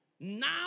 now